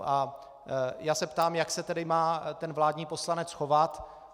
A já se ptám, jak se tady má vládní poslanec chovat?